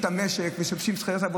צריך גם לחשוב,